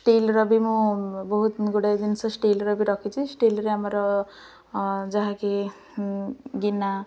ଷ୍ଟିଲ୍ର ବି ମୁଁ ବହୁତ ଗୁଡ଼ାଏ ଜିନିଷ ଷ୍ଟିଲ୍ର ବି ରଖିଛି ଷ୍ଟିଲ୍ରେ ଆମର ଯାହାକି ଗିନା